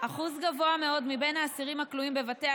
אחוז גבוה מאוד מבין האסירים הכלואים בבתי